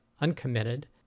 uncommitted